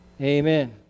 amen